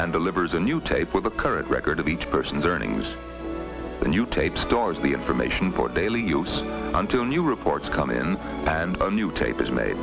and delivers a new tape with the current record of each person's earnings and you tape stores the information for daily use until new reports come in handy a new tape is ma